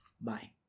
Bye